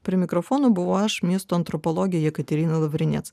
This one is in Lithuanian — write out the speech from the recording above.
prie mikrofono buvau aš miesto antropologė jekaterina lavrinec